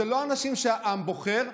האנשים שהעם בוחר,